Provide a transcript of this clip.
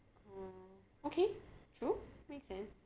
oh okay true make sense